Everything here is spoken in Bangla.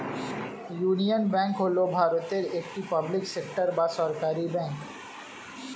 ইউনিয়ন ব্যাঙ্ক হল ভারতের একটি পাবলিক সেক্টর বা সরকারি ব্যাঙ্ক